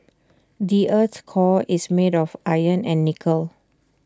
the Earth's core is made of iron and nickel